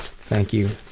thank you,